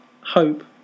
hope